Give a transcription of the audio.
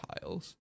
tiles